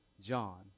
John